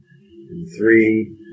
three